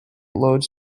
loads